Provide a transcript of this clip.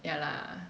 ya lah